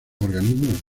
organismos